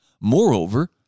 Moreover